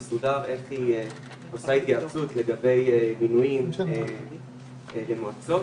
שם הנוסח הוא: "איש סגל אקדמי בכיר במשרד להשכלה גבוהה